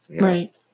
Right